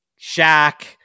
Shaq